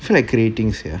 feel like creating sia